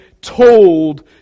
told